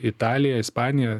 italija ispanija